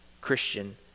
Christian